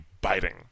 biting